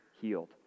healed